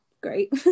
great